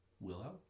Willow